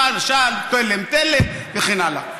שעל שעל, תלם תלם, וכן הלאה.